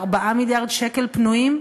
4 מיליארד שקל פנויים,